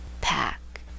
pack